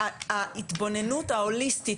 ההתבוננות ההוליסטית,